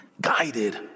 guided